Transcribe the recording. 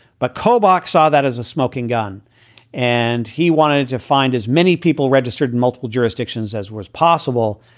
but kobach saw that as a smoking gun and he wanted to find as many people registered in multiple jurisdictions as was possible.